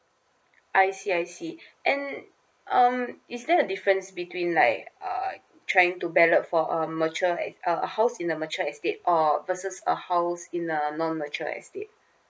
I see I see and um is there a difference between like uh trying to ballot for a mature e~ uh house in a mature estate or versus a house in a non mature estate